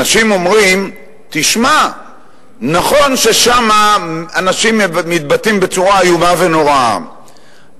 אנשים אומרים: נכון ששם אנשים מתבטאים בצורה איומה ונוראה,